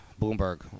Bloomberg